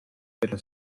pero